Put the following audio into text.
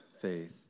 faith